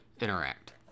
interact